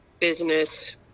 business